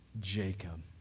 Jacob